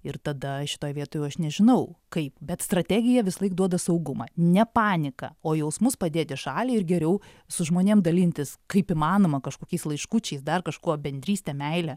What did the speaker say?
ir tada šitoj vietoj jau aš nežinau kaip bet strategija visąlaik duoda saugumą ne paniką o jausmus padėt į šalį ir geriau su žmonėm dalintis kaip įmanoma kažkokiais laiškučiais dar kažkuo bendryste meile